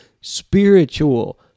spiritual